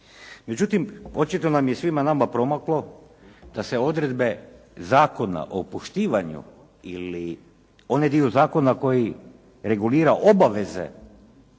Međutim, očito nam je svima nama promaklo da se odredbe zakona o poštivanju ili onaj dio zakona koji regulira obaveze